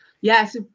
Yes